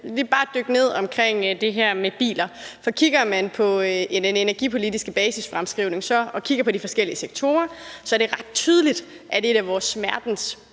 vil bare dykke ned i det her med biler. For kigger man på den energipolitiske basisfremskrivning og kigger på de forskellige sektorer, er det ret tydeligt, at et af vores smertensbørn